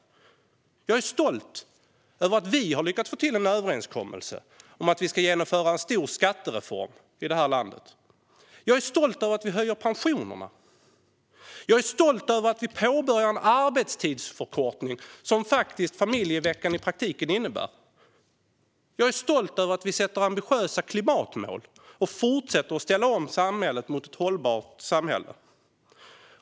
Jag är stolt över att vi har lyckats få till en överenskommelse om att genomföra en stor skattereform i det här landet. Jag är stolt över att vi höjer pensionerna. Jag är stolt över att vi påbörjar en arbetstidsförkortning, vilket familjeveckan i praktiken innebär. Jag är stolt över att vi sätter ambitiösa klimatmål och fortsätter omställningen till ett hållbart samhälle.